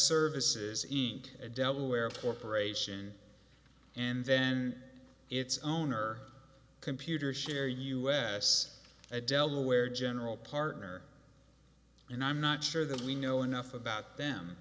services eat a delaware corporation and then its owner computershare us a delaware general partner and i'm not sure that we know enough about them